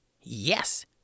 Yes